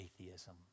atheism